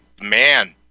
man